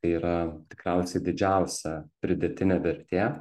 tai yra tikriausiai didžiausia pridėtinė vertė